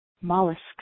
mollusks